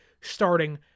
starting